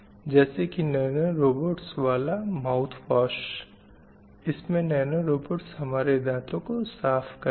जैसे की nano robots वाला माउथ वाश इसमें नैनो रोबाट्स हमारे दांतों को साफ़ करेंगे